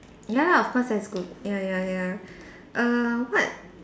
ya of course same school ya ya ya err what